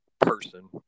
person